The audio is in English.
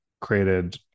created